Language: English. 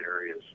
areas